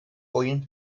oyun